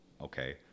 okay